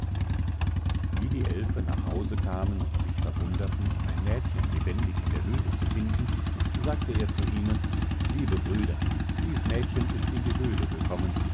wie die eilfe nach haus kamen und sich verwunderten ein mädchen lebendig in der höhle zu finden sagte er zu ihnen liebe brüder dies mädchen ist in die höhle gekommen